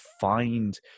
find